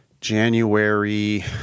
January